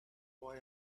why